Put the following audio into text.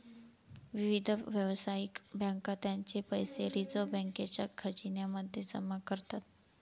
विविध व्यावसायिक बँका त्यांचे पैसे रिझर्व बँकेच्या खजिन्या मध्ये जमा करतात